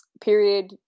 period